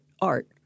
art